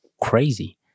crazy